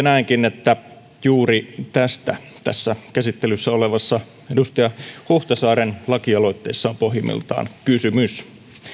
näenkin että juuri tästä tässä käsittelyssä olevassa edustaja huhtasaaren lakialoitteessa on pohjimmiltaan kysymys